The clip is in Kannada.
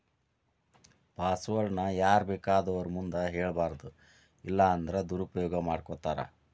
ಪಾಸ್ವರ್ಡ್ ನ ಯಾರ್ಬೇಕಾದೊರ್ ಮುಂದ ಹೆಳ್ಬಾರದು ಇಲ್ಲನ್ದ್ರ ದುರುಪಯೊಗ ಮಾಡ್ಕೊತಾರ